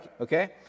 Okay